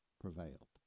prevailed